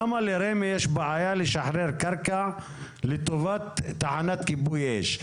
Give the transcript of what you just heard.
למה לרמ"י יש בעיה לשחרר קרקע לטובת תחנת כיבוי אש?